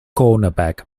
cornerback